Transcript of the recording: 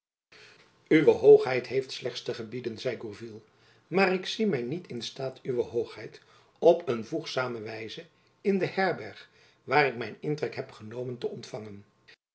uwe hoogheid heeft slechts te gebieden zeide gourville maar ik zie my niet in staat uwe hoogheid op een voegzame wijze in de herberg waar ik mijn intrek heb genomen te ontfangen